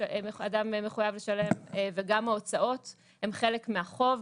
שאדם מחויב לשלם, וגם ההוצאות הן חלק מהחוב.